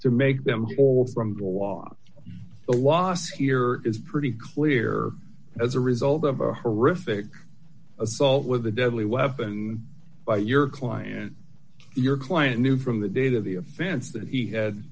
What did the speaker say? to make them all from the law a wasp here is pretty clear as a result of a horrific assault with a deadly weapon by your client your client knew from the date of the offense that he had